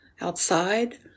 outside